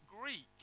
Greek